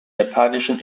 japanischen